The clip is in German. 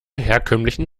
herkömmlichen